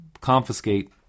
confiscate